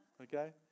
Okay